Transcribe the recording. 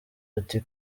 ati